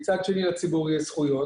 להם זכויות ומצד שני לציבור יש זכויות